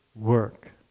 Work